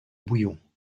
bouillon